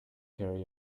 carry